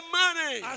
money